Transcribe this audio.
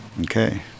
Okay